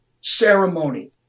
ceremony